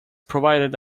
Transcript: provided